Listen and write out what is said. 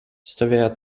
stovėjo